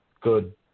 good